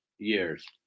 Years